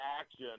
Action